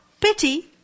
pity